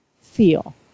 feel